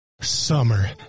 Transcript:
summer